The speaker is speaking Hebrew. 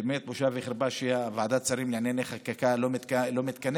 באמת בושה וחרפה שוועדת שרים לענייני חקיקה לא מתכנסת,